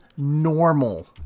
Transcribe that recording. normal